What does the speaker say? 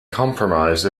compromised